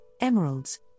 emeralds